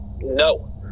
no